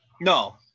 No